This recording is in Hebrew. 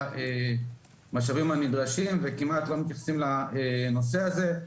המשאבים הנדרשים וכמעט לא מתייחסים לנושא הזה.